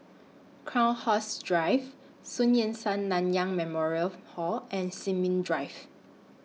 Crowhurst Drive Sun Yat Sen Nanyang Memorial Hall and Sin Ming Drive